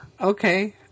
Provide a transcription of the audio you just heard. Okay